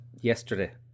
yesterday